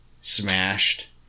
Smashed